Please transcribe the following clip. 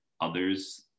others